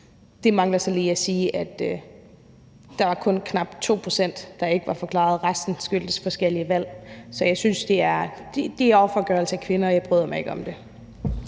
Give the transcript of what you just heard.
De mangler så lige at sige, at det kun var knap 2 pct., der ikke var forklaret. Resten skyldtes forskellige valg. Så jeg synes, det er en offergørelse af kvinder, og jeg bryder mig ikke om det.